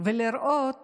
לראות